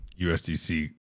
USDC